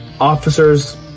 officers